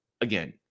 again